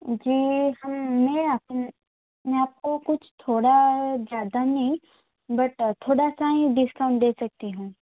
जी ह मने आप आपको कुछ थोड़ा ज़्यादा नहीं बट थोड़ा सा ही डिस्काउंट दे सकती हूँ